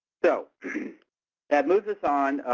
so that moves us on